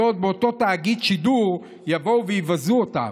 באותו תאגיד שידור יבואו ויבזו אותם.